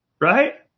right